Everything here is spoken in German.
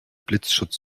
blitzschutz